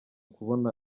kubona